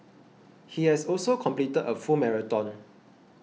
he has also completed a full marathon